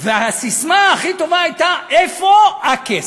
והססמה הכי טובה הייתה "איפה הכסף?"